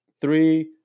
three